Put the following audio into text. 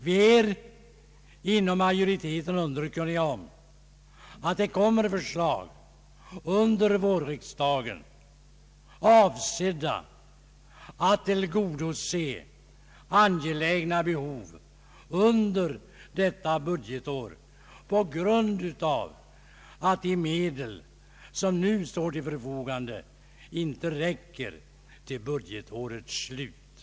Vi är inom majoriteten underkunniga om att till vårriksdagen kommer att framläggas förslag, avsedda att under detta budgetår tillgodose angelägna behov, som nu inte kan täckas på grund av att de medel som står till förfogande inte räcker till budgetårets slut.